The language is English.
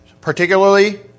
particularly